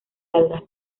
algas